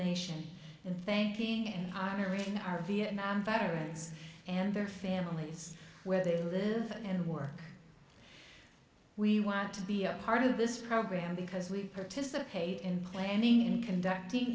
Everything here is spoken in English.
nation thanking and hiring our vietnam veterans and their families where they live and work we want to be a part of this program because we participate in planning and conducting